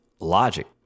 logic